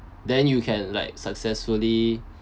then you can like successfully